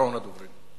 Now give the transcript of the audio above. אחרון הדוברים.